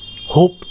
hope